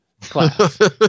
class